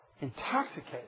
intoxicated